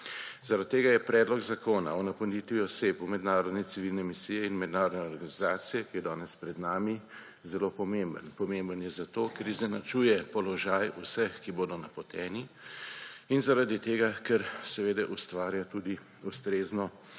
Zaradi tega je Predlog zakona o napotitvi oseb v mednarodne civilne misije in mednarodne organizacije, ki je danes pred nami, zelo pomemben. Pomemben je zato, ker izenačuje položaj vseh, ki bodo napoteni, in zaradi tega, ker ustvarja tudi ustrezno